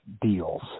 deals